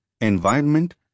environment